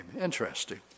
Interesting